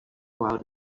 out